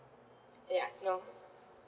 ya no